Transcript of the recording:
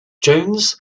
jones